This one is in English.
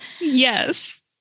Yes